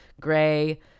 gray